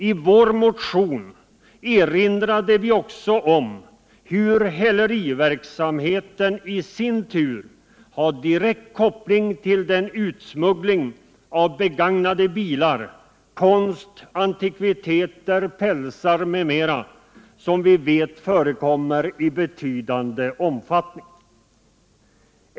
I vår motion erinrar vi också om hur häleriverksamheten i sin tur har direkt koppling till den utsmuggling av begagnade bilar, konst, antikviteter, pälsar m.m. som vi vet förekommer i betydande omfattning.